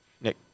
Nick